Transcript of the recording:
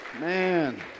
Man